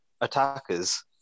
attackers